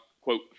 quote